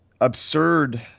absurd